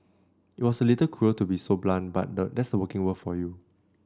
it's a little cruel to be so blunt but that's the working world for you